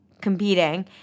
competing